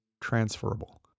transferable